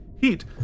heat